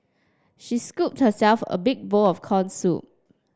she scooped herself a big bowl of corns soup